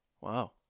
Wow